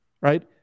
Right